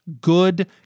good